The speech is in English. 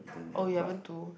oh you haven't do